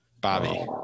Bobby